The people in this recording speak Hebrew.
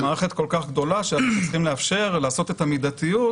זו מערכת כל כך גדולה שאנחנו צריכים לאפשר לעשות את המידתיות